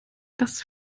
dass